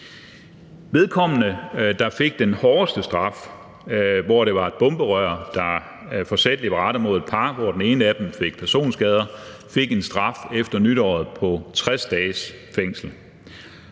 Vedkommende, der fik den hårdeste straf, hvor det var et bomberør, der forsætligt var rettet mod et par, hvor den ene af dem fik personskader, fik en straf efter nytåret på 60 dages fængsel.